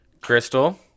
Crystal